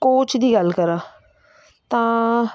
coach ਦੀ ਗੱਲ ਕਰਾਂ ਤਾਂ